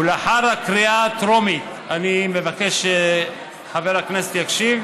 ולאחר הקריאה הטרומית אני מבקש שחבר הכנסת יקשיב,